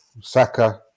Saka